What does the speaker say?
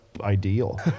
ideal